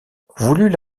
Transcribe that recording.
voulut